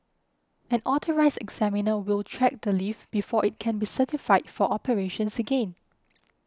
an Authorised Examiner will check the lift before it can be certified for operations again